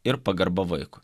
ir pagarba vaikui